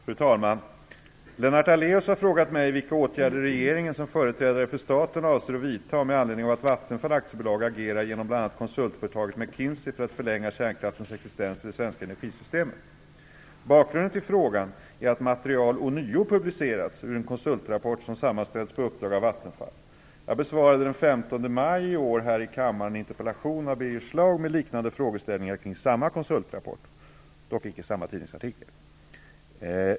Fru talman! Lennart Daléus har frågat mig vilka åtgärder regeringen som företrädare för staten avser att vidta med anledning av att Vattenfall AB agerar genom bl.a. konsultföretagen McKinsey för att förlänga kärnkraftens existens i det svenska energisystemet. Bakgrunden till frågan är att material ånyo publicerats ur en konsultrapport som sammanställts på uppdrag av Vattenfall AB. Jag besvarade den 15 maj i år här i kammaren en interpellation av Birger Schlaug med liknande frågeställningar kring samma konsultrapport, dock icke samma tidningsartikel.